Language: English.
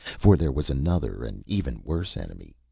for there was another and even worse enemy.